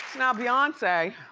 now beyonce.